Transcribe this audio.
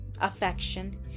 affection